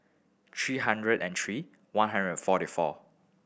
three hundred and three one hundred and forty four